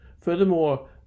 Furthermore